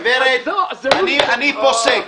גברת, אני פוסק.